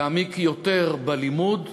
להעמיק יותר בלימוד,